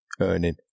earning